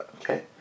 okay